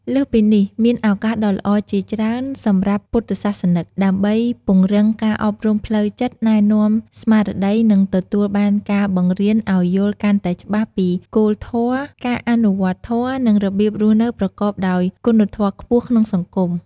លើសពីនេះ មានឱកាសដ៏ល្អជាច្រើនសម្រាប់ពុទ្ធសាសនិក ដើម្បីពង្រឹងការអប់រំផ្លូវចិត្ត ណែនាំស្មារតី និងទទួលបានការបង្រៀនឱ្យយល់កាន់តែច្បាស់ពីគោលធម៌ ការអនុវត្តធម៌ និងរបៀបរស់នៅប្រកបដោយគុណធម៌ខ្ពស់ក្នុងសង្គម។"